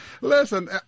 Listen